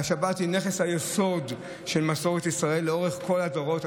והשבת היא נכס היסוד של מסורת ישראל לאורך כל הדורות,